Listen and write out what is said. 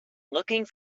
looking